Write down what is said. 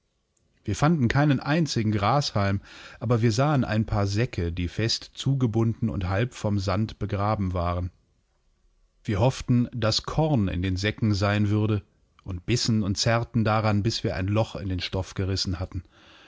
wir fanden keinen einzigen grashalm aber wir sahen ein paar säcke die fest zugebunden und halb vom sand begraben waren wir hofften daß korn in den säcken sein würde und bissen und zerrten daran bis wir ein loch in den stoff gerissen hatten